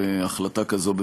החלטה כזאת,